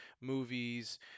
movies